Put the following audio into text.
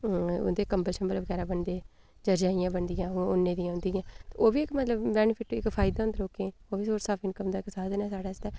उं'दे कम्बल शंबल बगैरा बनदे जां रजाइयां बनदियां उन्ने दियां उं'दियां ओह्बी इक मतलब बैनीफिट इक फायदा होंदा लोकें ई ओह्बी सोर्स ऑफ इनकम दा इक साधन साढ़े आस्तै